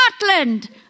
Scotland